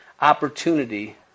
opportunity